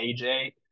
AJ